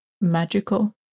magical